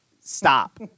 stop